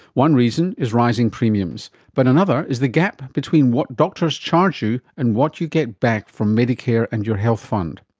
one reason is rising premiums, but another is the gap between what doctors charge you and what you get back from medicare and your health fund.